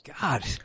God